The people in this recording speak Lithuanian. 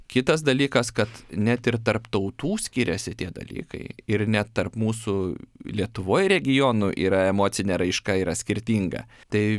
kitas dalykas kad net ir tarp tautų skiriasi tie dalykai ir ne tarp mūsų lietuvoj regionų yra emocinė raiška yra skirtinga tai